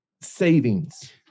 savings